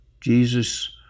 Jesus